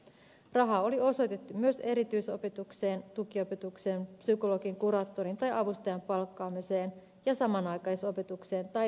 rahaa oli osoitettu myös erityisopetukseen tukiopetukseen psykologin kuraattorin tai avustajan palkkaamiseen ja samanaikaisopetukseen tai pienryhmiin